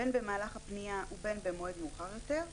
בין במהלך הפניה ובין במועד מאוחר יותר,